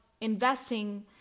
investing